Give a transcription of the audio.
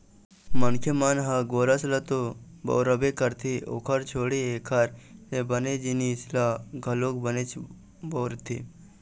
मनखे मन ह गोरस ल तो बउरबे करथे ओखर छोड़े एखर ले बने जिनिस ल घलोक बनेच बउरथे